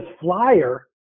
flyer